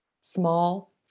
small